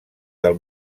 del